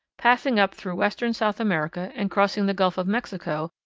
passing up through western south america, and crossing the gulf of mexico,